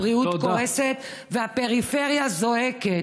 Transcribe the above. הבריאות קורסת והפריפריה זועקת.